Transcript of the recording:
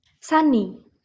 Sunny